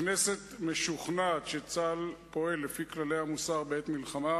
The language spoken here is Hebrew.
הכנסת משוכנעת שצה"ל פועל לפי כללי המוסר בעת מלחמה